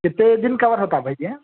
کتنے دن کا اور ہوتا بھائی یہ